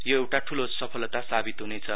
यो एउटा ठूलो सफलता सावित हुनेछ